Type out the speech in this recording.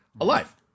alive